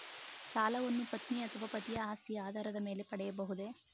ಸಾಲವನ್ನು ಪತ್ನಿ ಅಥವಾ ಪತಿಯ ಆಸ್ತಿಯ ಆಧಾರದ ಮೇಲೆ ಪಡೆಯಬಹುದೇ?